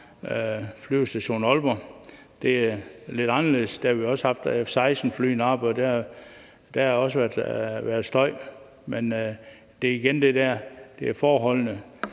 Flyvestation Aalborg. Det er lidt anderledes. Vi har også haft F-16-flyene oppe, og der har også været støj. Men det er igen de forhold,